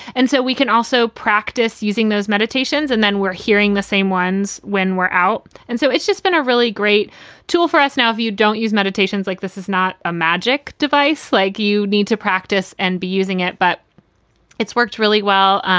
and so we can also practice using those meditations and then we're hearing the same ones when we're out and so it's just been a really great tool for us. now, if you don't use meditations like this is not a magic device like you need to practice and be using it, but it's worked really well.